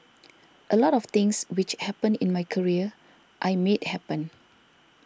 a lot of things which happened in my career I made happen